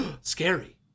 Scary